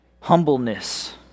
humbleness